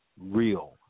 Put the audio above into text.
real